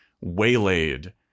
waylaid